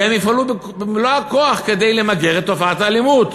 והם יפעלו במלוא הכוח כדי למגר את תופעת האלימות.